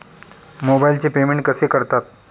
मोबाइलचे पेमेंट कसे करतात?